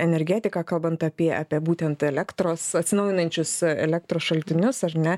energetiką kalbant apie apie būtent elektros atsinaujinančius elektros šaltinius ar ne